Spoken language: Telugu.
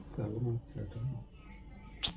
అసలు యుటిలిటీ బిల్లు అంతే ఎంటి?